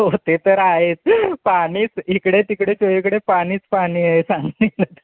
हो ते तर आहेच पाणीच इकडे तिकडे चोहीकडे पाणीच पाणी आहे सांगलीला